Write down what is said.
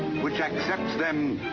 which accepts them.